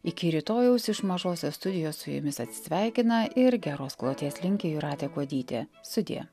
iki rytojaus iš mažosios studijos su jumis atsisveikina ir geros kloties linki jūratė kuodytė sudie